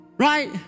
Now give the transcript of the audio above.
Right